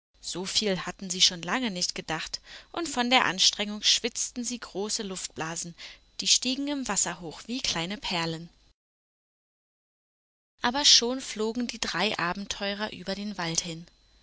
so viel hatten sie schon lange nicht gedacht und von der anstrengung schwitzten sie große luftblasen die stiegen im wasser hoch wie kleine perlen aber schon flogen die drei abenteurer über den wald hin